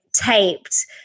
taped